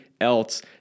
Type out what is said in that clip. else